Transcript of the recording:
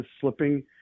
slipping